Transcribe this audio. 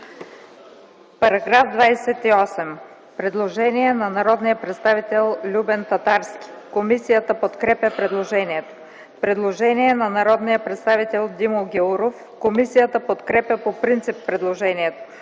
По § 28 има предложение на народния представител Любен Татарски. Комисията подкрепя предложението. Има предложение на народния представител Димо Гяуров. Комисията подкрепя по принцип предложението.